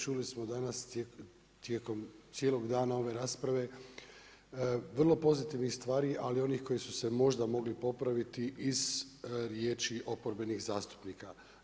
Čuli smo danas tijekom cijelog dana ove rasprave vrlo pozitivnih stvari ali i onih koje su se možda mogle popraviti iz riječi oporbenih zastupnika.